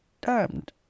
damned